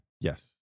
Yes